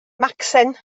macsen